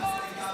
מה